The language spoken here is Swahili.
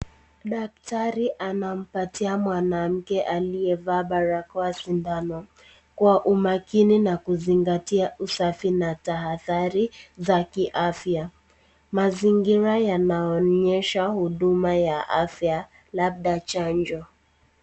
Daktari anampatia mwanamke aliyevaa barakoa sindano kwa umakini na kuzingatia usafi na tahadhari za kiafya. Mazingira yanaonyesha huduma ya afya labda chanjo.